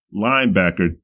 linebacker